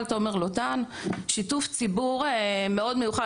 המנכ"ל, תומר לוטן, שיתוף ציבור מאוד מיוחד.